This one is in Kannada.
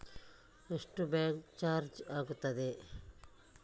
ಎಷ್ಟು ಬ್ಯಾಂಕ್ ಚಾರ್ಜ್ ಆಗುತ್ತದೆ?